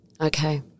Okay